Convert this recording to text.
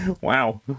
Wow